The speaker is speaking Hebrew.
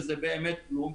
שזה באמת כלום.